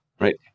right